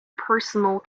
personal